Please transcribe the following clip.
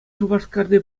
шупашкарти